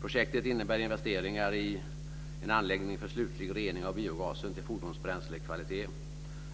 Projektet innebär investeringar i en anläggning för slutlig rening av biogasen till fordonsbränslekvalitet,